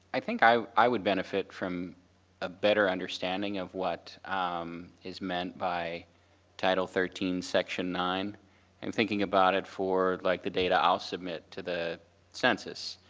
i think i i would benefit from a better information of what is meant by title thirteen section nine in thinking about it for like the data i'll submit to the census.